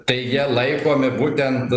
tai jie laikomi būtent